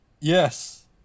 Yes